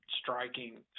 striking